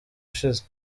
ushize